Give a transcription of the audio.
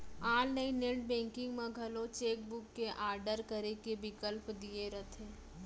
online net banking म घलौ cheque book के आडर करे के बिकल्प दिये रथे